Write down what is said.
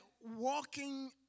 walking